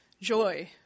Joy